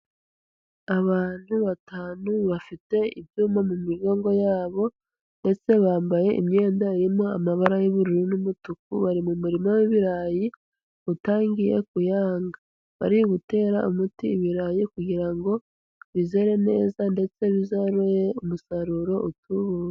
Abantu batanu bafite ibyuma mu migongo yabo ndetse bambaye imyenda irimo amabara y'ubururu n'umutuku, bari mu muririma w'ibirayi utangiye kuyanga, bari gutere umuti ibirayi kugira ngo bizere neza ndetse bizere umusaruro utubutse.